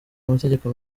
amategeko